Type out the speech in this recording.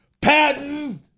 Patton